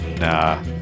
Nah